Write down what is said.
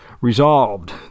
Resolved